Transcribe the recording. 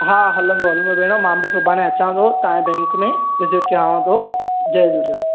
हा हलंदो हलंदो भेण मां बि सुभाणे अचां थो तव्हांजे बैंक में विज़िट कयांव थो जय झूलेलाल